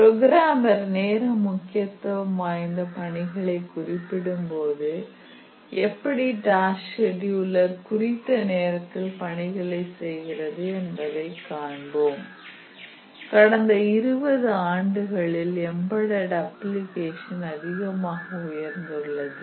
programmer நேர முக்கியத்துவம் வாய்ந்த பணிகளை குறிப்பிடும் போது எப்படி டாஸ்க் செக்யூலர் குறித்த நேரத்தில் பணிகளை செய்கிறது என்பதை காண்போம் கடந்த 20 ஆண்டுகளில் எம்பெட் டெட் அப்ளிகேஷன் அதிகமாக உயர்ந்துள்ளது